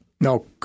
No